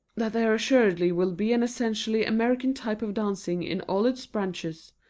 that there assuredly will be an essentially american type of dancing in all its branches,